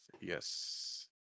yes